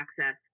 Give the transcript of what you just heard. access